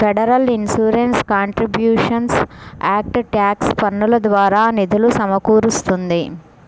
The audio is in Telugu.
federal insurance contributions act tax పన్నుల ద్వారా నిధులు సమకూరుస్తుంది